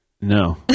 No